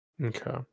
Okay